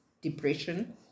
depression